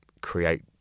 create